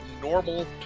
normal